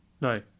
No